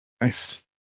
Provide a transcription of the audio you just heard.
nice